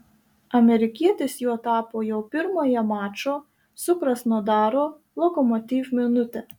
amerikietis juo tapo jau pirmąją mačo su krasnodaro lokomotiv minutę